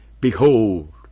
Behold